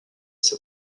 ses